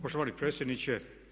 Poštovani predsjedniče.